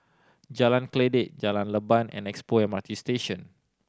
Jalan Kledek Jalan Leban and Expo M R T Station